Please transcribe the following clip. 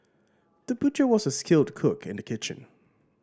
the butcher was a skilled cook in the kitchen